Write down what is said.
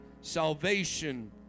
salvation